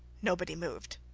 nobody moved.